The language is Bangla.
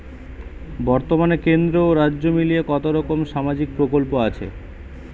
বতর্মানে কেন্দ্র ও রাজ্য মিলিয়ে কতরকম সামাজিক প্রকল্প আছে?